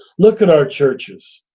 look at our churches.